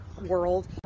world